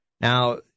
Now